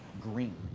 green